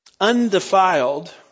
undefiled